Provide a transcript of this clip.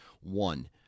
One